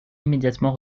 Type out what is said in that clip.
immédiatement